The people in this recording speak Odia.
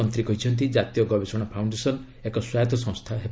ମନ୍ତ୍ରୀ କହିଛନ୍ତି ଜାତୀୟ ଗବେଷଣା ଫାଉଣ୍ଡେସନ୍ ଏକ ସ୍ୱାୟତ ସଂସ୍ଥା ହେବ